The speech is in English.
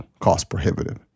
cost-prohibitive